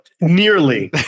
Nearly